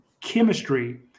chemistry